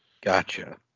Gotcha